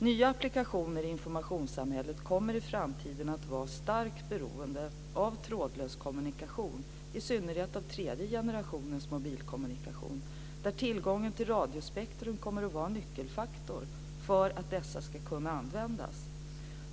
Nya applikationer i informationssamhället kommer i framtiden att vara starkt beroende av trådlös kommunikation - i synnerhet av tredje generationens mobilkommunikation - där tillgången till radiospektrum kommer att vara en nyckelfaktor för att dessa ska kunna användas.